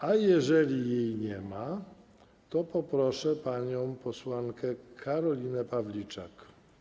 A jeżeli jej nie ma, to poproszę panią posłankę Karolinę Pawliczak.